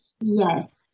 Yes